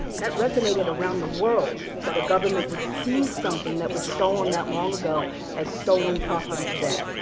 that resonated around the world. that a government would seize something that was stolen that long ago as stolen property today.